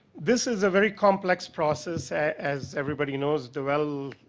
this is ah very complex process as everybody knows, the well,